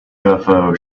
ufo